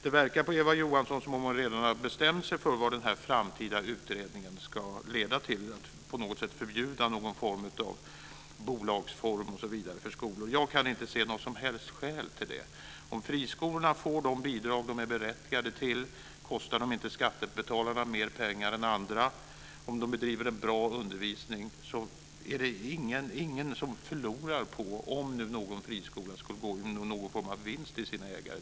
Det verkar på Eva Johansson som om hon redan har bestämt sig för att den framtida utredningen ska leda till att vi på något sätt förbjuder skolor som har någon slags bolagsform. Jag kan inte se något som helst skäl till det. Om friskolorna får de bidrag de är berättigade till kostar de inte skattebetalarna mer pengar än andra. Om de bedriver en bra undervisning är det ingen som förlorar på om någon friskola skulle gå med någon form av vinst till sina ägare.